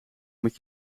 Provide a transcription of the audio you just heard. moet